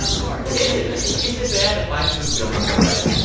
of course is it is it bad that my two feelings were like,